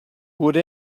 would